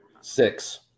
Six